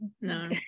no-